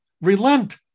Relent